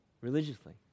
religiously